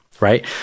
right